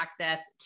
access